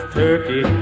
turkey